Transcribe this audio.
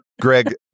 Greg